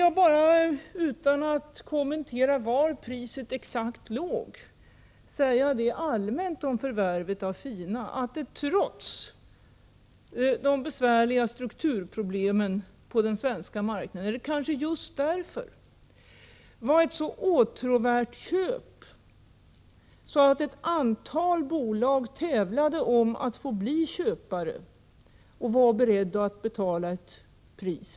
Beträffande förvärvet av Fina vill jag rent allmänt och utan att kommentera frågan om exakt var priset låg säga att detta köp trots de besvärliga strukturproblemen på den svenska marknaden -— eller kanske just därför — var så åtråvärt att ett antal bolag tävlade om att få bli köpare och var beredda att betala vad det kostade.